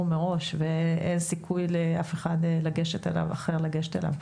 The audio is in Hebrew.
מראש ואין סיכוי לאף אחד אחר לגשת אליו?